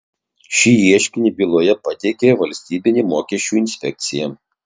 šį ieškinį byloje pateikė valstybinė mokesčių inspekcija